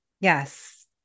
Yes